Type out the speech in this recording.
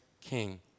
King